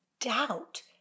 doubt